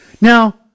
Now